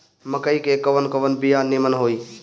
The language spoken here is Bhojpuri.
मकई के कवन कवन बिया नीमन होई?